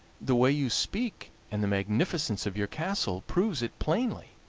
the way you speak and the magnificence of your castle prove it plainly.